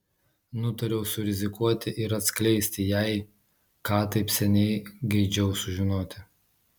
nutariau surizikuoti ir atskleisti jai ką taip seniai geidžiau sužinoti